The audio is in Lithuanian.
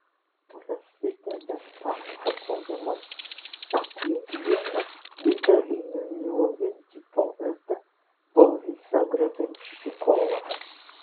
prasideda papasakojimas apie vieną didelį niūniuojantį poetą borisą grebenščikovą